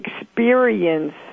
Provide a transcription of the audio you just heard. experience